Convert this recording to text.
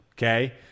Okay